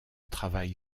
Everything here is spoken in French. travail